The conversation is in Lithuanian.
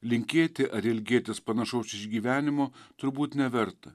linkėti ar ilgėtis panašaus išgyvenimo turbūt neverta